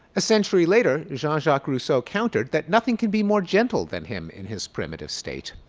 a century later, jean-jacques rousseau countered that nothing can be more gentle than him in his primitive state.